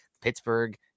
Pittsburgh